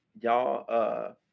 y'all